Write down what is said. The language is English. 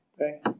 okay